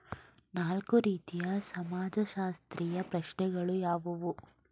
ನಾಲ್ಕು ರೀತಿಯ ಸಮಾಜಶಾಸ್ತ್ರೀಯ ಪ್ರಶ್ನೆಗಳು ಯಾವುವು?